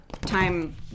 time